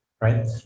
Right